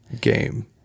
game